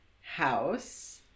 house